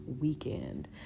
weekend